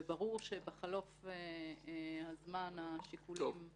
וברור שבחלוף הזמן השיקולים הולכים